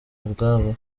ubwabo